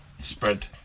spread